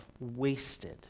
wasted